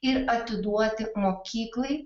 ir atiduoti mokyklai